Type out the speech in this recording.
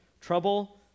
Trouble